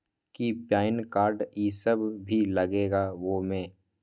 कि PAN card इ सब भी लगेगा वो में?